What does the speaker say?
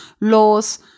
laws